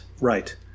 right